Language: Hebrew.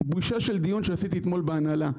בושה של דיון שעשיתי אתמול בהנהלה: